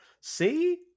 See